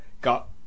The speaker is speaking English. got